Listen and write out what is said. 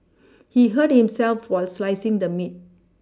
he hurt himself while slicing the meat